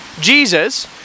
Jesus